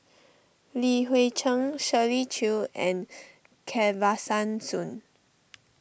Li Hui Cheng Shirley Chew and Kesavan Soon